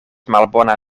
malbona